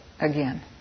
again